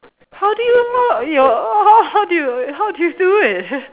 how do you know your how how did you how did you do it